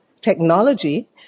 technology